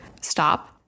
stop